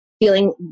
feeling